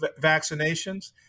vaccinations